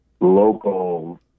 local